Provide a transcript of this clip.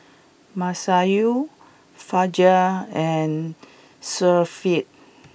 Masayu Fajar and Syafiq